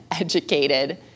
educated